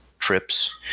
trips